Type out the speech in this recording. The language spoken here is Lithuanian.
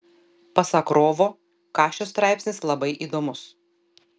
pasak rovo kašio straipsnis labai įdomus